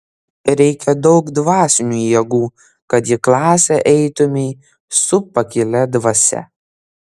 reikia daug dvasinių jėgų kad į klasę eitumei su pakilia dvasia